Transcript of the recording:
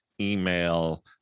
email